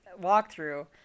walkthrough